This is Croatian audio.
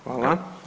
Hvala.